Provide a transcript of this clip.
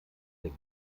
der